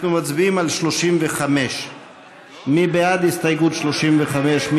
אנחנו מצביעים על 35. מי בעד הסתייגות 35?